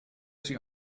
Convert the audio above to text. sie